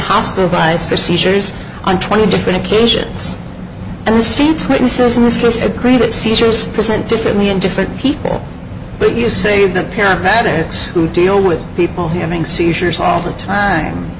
hospitalized for seizures on twenty different occasions and the state's witnesses in this list agreed with seizures present differently in different people but you say the paramedics who deal with people having seizures all the time